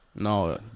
No